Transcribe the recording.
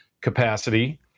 capacity